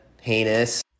heinous